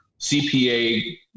CPA